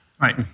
Right